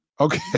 Okay